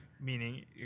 meaning